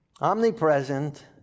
omnipresent